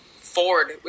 Ford